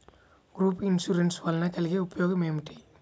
Group insurance వలన కలిగే ఉపయోగమేమిటీ?